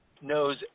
Knows